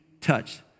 touched